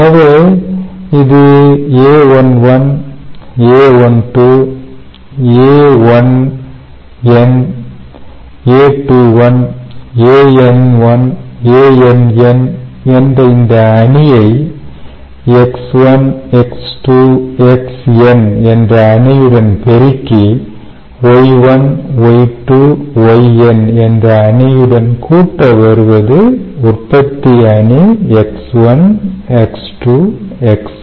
எனவே இது a11 a12 a1n a21 an1 ann என்ற இந்த அணியை X1 X2 Xn என்ற அணியுடன் பெருக்கி Y1 Y2 Yn என்ற அணியுடன் கூட்ட வருவது உற்பத்தி அணி X1 X2 Xn